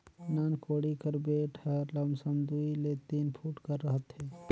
नान कोड़ी कर बेठ हर लमसम दूई ले तीन फुट कर रहथे